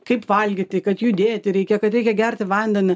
kaip valgyti kad judėti reikia kad reikia gerti vandenį